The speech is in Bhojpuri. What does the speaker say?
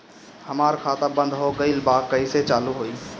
हमार खाता बंद हो गइल बा कइसे चालू होई?